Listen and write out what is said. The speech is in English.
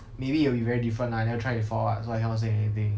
maybe it will be very different lah I never try before what so I cannot say anything